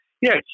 Yes